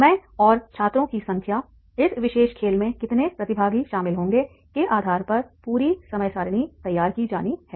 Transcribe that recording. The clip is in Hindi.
समय और छात्रों की संख्या इस विशेष खेल में कितने प्रतिभागी शामिल होंगे के आधार पर पूरी समय सारिणी तैयार की जानी है